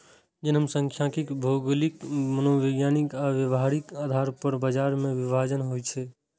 जनखांख्यिकी भौगोलिक, मनोवैज्ञानिक आ व्यावहारिक आधार पर बाजार विभाजन होइ छै